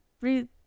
Read